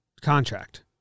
contract